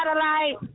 satellite